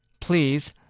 Please